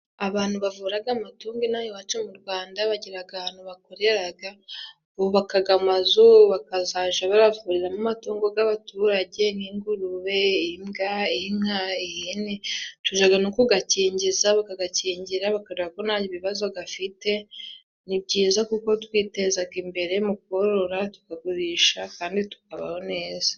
Abantu bavuraga amatungo ino aha iwacu mu Rwanda bagira ahantu bakoreraga. Bubakaga amazu bakazaja baravuriramo amatungo g'abaturage nk'ingurube, imbwa, inka, ihene. Tujaga no kugakingiza bakagakingira bakareba ko nta bibazo gafite. Ni byiza kuko twitezaga imbere mu korora tukagurisha kandi tukabaho neza.